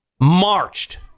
marched